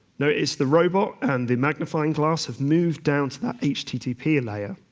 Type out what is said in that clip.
notice the robot and the magnifying glass have moved down to the http layer,